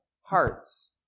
hearts